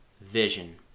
vision